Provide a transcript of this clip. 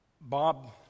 Bob